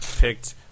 picked